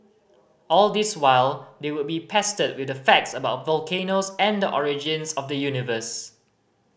all this while they would be pestered with facts about volcanoes and the origins of the universe